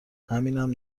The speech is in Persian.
همینم